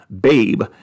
Babe